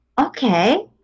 okay